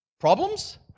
Problems